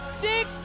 six